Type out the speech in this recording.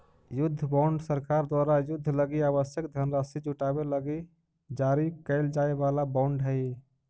युद्ध बॉन्ड सरकार द्वारा युद्ध लगी आवश्यक धनराशि जुटावे लगी जारी कैल जाए वाला बॉन्ड हइ